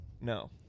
No